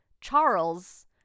Charles